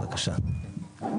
בבקשה.